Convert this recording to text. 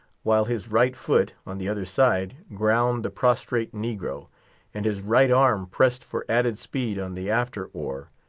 while his right-foot, on the other side, ground the prostrate negro and his right arm pressed for added speed on the after oar,